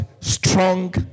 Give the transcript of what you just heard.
Strong